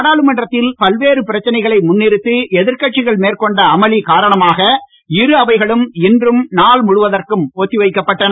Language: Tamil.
நாடாளுமன்றத்தில் பல்வேறு பிரச்சனைகளை முன்னிறுத்தி எதிர்க்கட்சிள் மேற்கொண்ட அமளி காரணமாக இரு அவைகளும் இன்று நாள் முழுவதற்கும் ஒத்தி வைக்கப்பட்டன